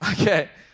Okay